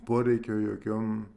poreikio jokiom